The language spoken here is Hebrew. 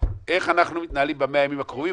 איך אנחנו מתנהלים ב-100 הקרובים?